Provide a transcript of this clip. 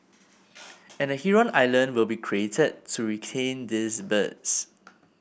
and a heron island will be created to retain these birds